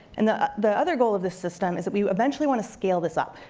and the ah the other goal of this system, is that we eventually wanna scale this up.